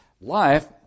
life